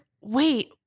wait